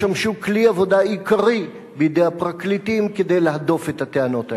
ישמשו כלי עבודה עיקרי בידי הפרקליטים כדי להדוף את הטענות האלה.